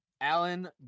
Alan